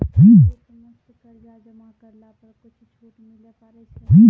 एक मुस्त कर्जा जमा करला पर कुछ छुट मिले पारे छै?